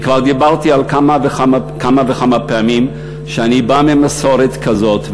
אני כבר אמרתי כמה וכמה פעמים שאני בא ממסורת כזאת,